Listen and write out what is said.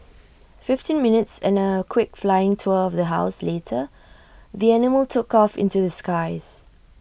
fifteen minutes and A quick flying tour of the house later the animal took off into the skies